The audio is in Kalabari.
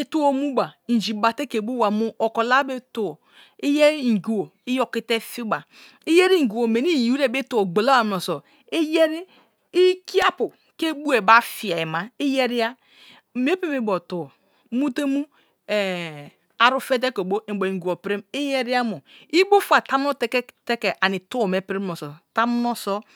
atus me bu inji bate ke bowa mu oho la be tus yen ingibo gokite fina. Tyen ingibo meni yiwise be tuwa gholaba munoso eyeri urinpu the bio ba fiei ma yeriya mire bicarbe bo treo mui te une aru aru fete ke bo ubo unijebo prim igenyamo. Ibofa tamamo teke te ke ani tuo me pri muno so̱ tamunoso.